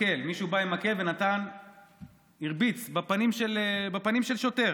מקל, מישהו בא עם מקל והרביץ בפנים של שוטר,